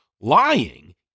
lying